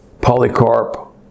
Polycarp